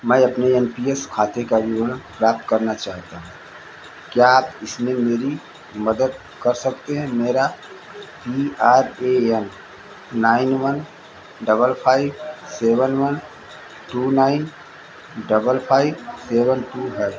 मैं अपने N P S खाते का विवरण प्राप्त करना चाहता हूँ क्या आप इसमें मेरी मदद कर सकते हैं मेरा P R A N nine one double five seven one two nine double five seven two है